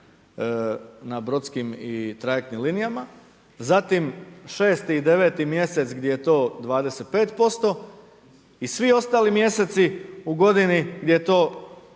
na brodskim i trajektnim linijama, zatim 6. i 9. mj. gdje je to 25% i svi ostali mjeseci u godini gdje je to